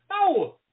No